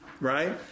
right